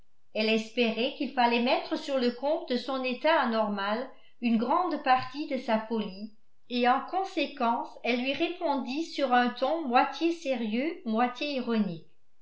elle espérait qu'il fallait mettre sur le compte de son état anormal une grande partie de sa folie et en conséquence elle lui répondit sur un ton moitié sérieux moitié ironique